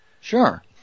sure